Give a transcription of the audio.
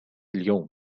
اليوم